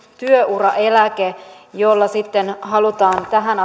työuraeläke jolla sitten halutaan tähän